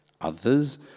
Others